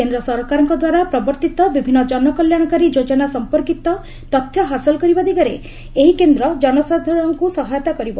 କେନ୍ଦ୍ର ସରକାରଙ୍କଦ୍ୱାରା ପ୍ରବର୍ତ୍ତିତ ବିଭିନ୍ନ ଜନକଲ୍ୟାଣକାରୀ ଯୋଜନା ସମ୍ପର୍କିତ ତଥ୍ୟ ହାସଲ କରିବା ଦିଗରେ ଏହି କେନ୍ଦ୍ର ଜନସାଧାରଣଙ୍କୁ ସହାୟତା କରିବ